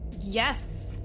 Yes